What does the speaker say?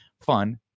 fun